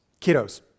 Kiddos